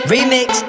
Remix